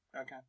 Okay